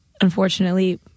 unfortunately